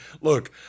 Look